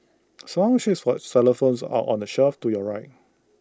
song sheets for xylophones are on the shelf to your right